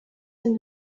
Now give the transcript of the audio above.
him